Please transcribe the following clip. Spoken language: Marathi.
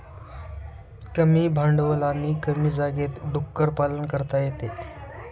कमी भांडवल आणि कमी जागेत डुक्कर पालन करता येते